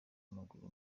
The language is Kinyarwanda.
w’amaguru